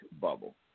bubble